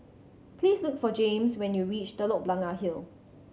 please look for Jaymes when you reach Telok Blangah Hill